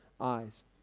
eyes